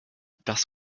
das